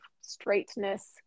straightness